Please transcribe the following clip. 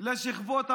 לשכבות המוחלשות.